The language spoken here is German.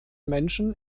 menschen